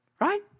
right